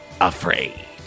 afraid